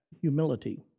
humility